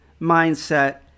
mindset